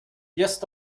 jest